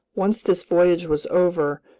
once this voyage was over,